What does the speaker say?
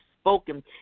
Spoken